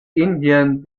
indien